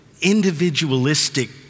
individualistic